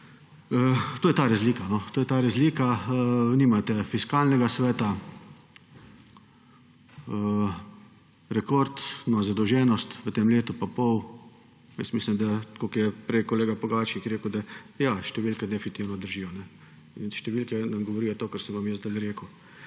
To je ta razlika. To je ta razlika. Nimate Fiskalnega sveta, rekordna zadolženost v tem letu in pol. Mislim, tako kot je prej kolega Pogačnik rekel, da ja, številke definitivno držijo. In številke nam govorijo to, kar sem vam zdajle rekel.